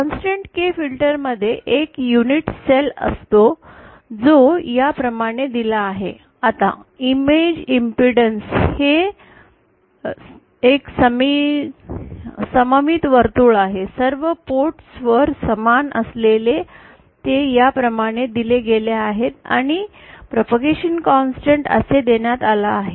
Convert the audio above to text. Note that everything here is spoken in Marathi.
कॉन्सेंटेंट K फिल्टरमध्ये एक युनिट सेल असतो जो या प्रमाणे दिलेला आहे आता इमेज इम्पेडन्स हे एक सममित वर्तुळ आहे सर्व पोर्ट्स वर समान असेल ते या प्रमाणे दिले गेले आहेत आणि प्रापगैशन कॉन्सेंटेंट असे देण्यात आला आहे